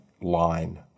line